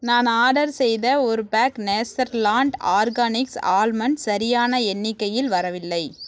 நான் ஆடர் செய்த ஒரு பேக் நேச்சர்லாண்ட் ஆர்கானிக்ஸ் ஆல்மண்ட் சரியான எண்ணிக்கையில் வரவில்லை